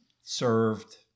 served